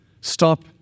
Stop